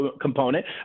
component